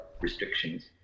restrictions